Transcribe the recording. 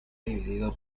dividido